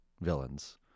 villains